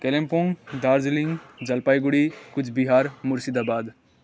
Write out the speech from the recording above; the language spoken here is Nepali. कालिम्पोङ दार्जिलिङ जलपाइगुडी कुचबिहार मुर्सिदाबाद